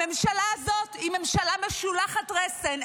הממשלה הזאת היא ממשלה משולחת רסן.